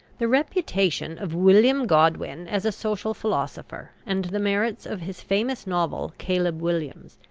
the reputation of william godwin as a social philosopher, and the merits of his famous novel, caleb williams,